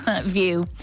view